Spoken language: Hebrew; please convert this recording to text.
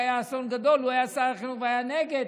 כשהיה האסון הגדול הוא היה שר החינוך והוא היה נגד.